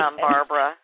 Barbara